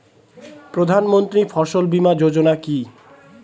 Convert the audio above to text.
প্রধানমন্ত্রী ফসল বীমা যোজনা কি?